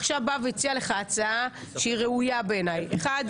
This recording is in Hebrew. עכשיו בא והציע לך הצעה שהיא ראויה בעיניי: אחד,